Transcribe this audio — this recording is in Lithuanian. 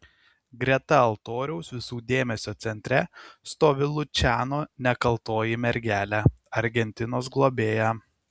greta altoriaus visų dėmesio centre stovi luchano nekaltoji mergelė argentinos globėja